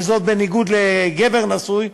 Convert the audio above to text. וזאת בניגוד לגבר נשוי,